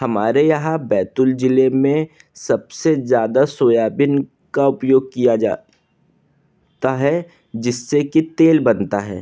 हमारे यहाँ बैतुल ज़िले में सबसे ज़्यादा सोयाबीन का उपयोग किया जा ता है जिससे कि तेल बनता है